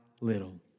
little